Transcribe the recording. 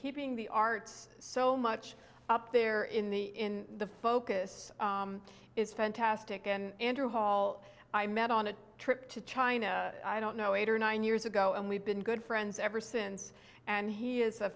keeping the arts so much up there in the in the focus is fantastic and andrew hall i met on a trip to china i don't know eight or nine years ago and we've been good friends ever since and he is a